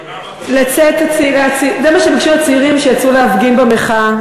זה מה שביקשו הצעירים שיצאו להפגין במחאה.